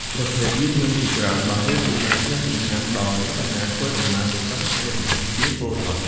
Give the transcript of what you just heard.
ប្រភេទយានយន្តជាច្រើនបានរួមចំណែកយ៉ាងសំខាន់ដល់ចលនាធ្វើដំណើរប្រចាំថ្ងៃរបស់ប្រជាពលរដ្ឋ។